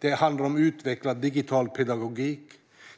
Det handlar om utvecklad digital pedagogik.